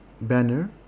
Banner